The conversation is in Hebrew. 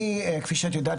כפי שאת יודעת,